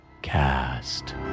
cast